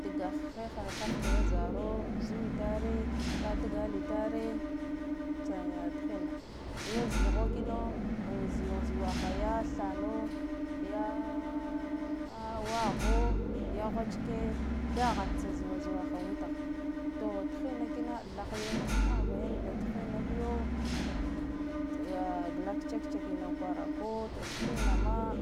Taglheha kaff zi zaro zuwitare ka dgaltare tsa thima ya ziha kino an ziwa ziwa ya thano ya waho ya hweck dalan tsa ziwa ziwaha witha to tli kina thah yane ahba yan ba thinna biyo za glak check check na tsa kwara ko to thinna ma